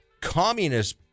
communist